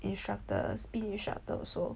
instructor spin instructor also